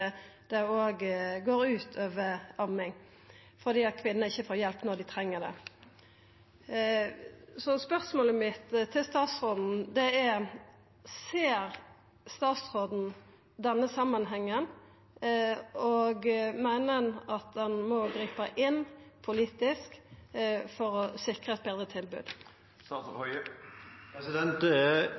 at det går ut over amming fordi kvinner ikkje får hjelp når dei treng det. Spørsmålet mitt til statsråden er: Ser statsråden denne samanhengen, og meiner han at ein må gripa inn politisk for å